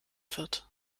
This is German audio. wird